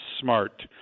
smart